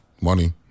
money